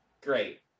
Great